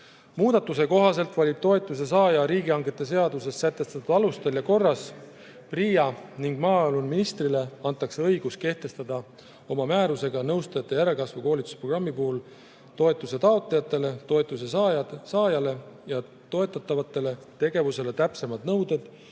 Muudatuse kohaselt valib toetuse saaja riigihangete seaduses sätestatud alustel ja korras PRIA ning maaeluministrile antakse õigus kehtestada oma määrusega nõustajate järelkasvu koolitusprogrammi puhul toetuse taotlejatele, toetuse saajatele ja toetatavatele tegevustele täpsemad nõuded